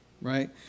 right